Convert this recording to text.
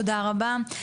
תודה רבה.